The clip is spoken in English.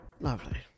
Lovely